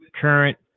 current